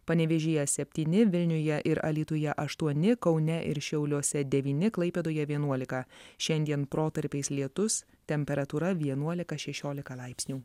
panevėžyje septyni vilniuje ir alytuje aštuoni kaune ir šiauliuose devyni klaipėdoje vienuolika šiandien protarpiais lietus temperatūra vienuolika šešiolika laipsnių